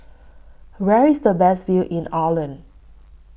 Where IS The Best View in Ireland